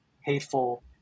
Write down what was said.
hateful